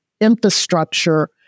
infrastructure